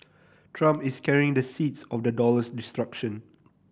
Trump is carrying the seeds of the dollar's destruction